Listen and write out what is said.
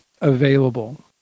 available